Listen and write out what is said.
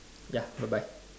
ya bye bye